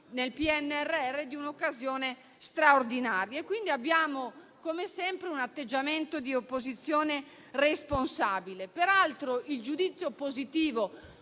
nel PNRR, di un'occasione straordinaria. Abbiamo quindi, come sempre, un atteggiamento di opposizione responsabile. Il giudizio positivo